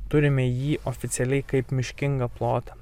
turime jį oficialiai kaip miškingą plotą